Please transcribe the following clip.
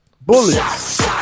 Bullets